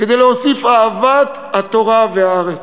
כדי להוסיף אהבת התורה והארץ.